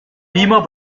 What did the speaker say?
beamer